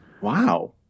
Wow